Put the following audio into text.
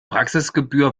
praxisgebühr